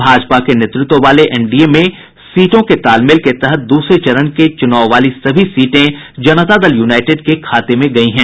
भाजपा के नेतृत्व वाले एनडीए में सीटों के तालमेल के तहत दूसरे चरण के चुनाव वाली सभी सीटें जनता दल यूनाइटेड के खाते में गयी है